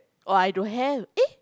oh I don't have eh